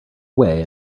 away